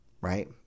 right